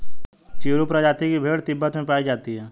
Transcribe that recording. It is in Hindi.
चिरु प्रजाति की भेड़ तिब्बत में पायी जाती है